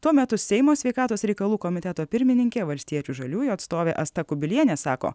tuo metu seimo sveikatos reikalų komiteto pirmininkė valstiečių žaliųjų atstovė asta kubilienė sako